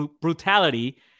brutality